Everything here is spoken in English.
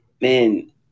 man